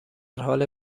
حال